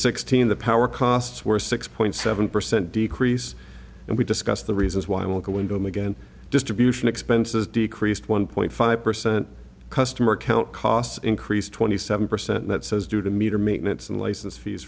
sixteen the power costs were six point seven percent decrease and we discussed the reasons why i will go into him again distribution expenses decreased one point five percent customer count costs increased twenty seven percent that says due to meter maintenance and license fees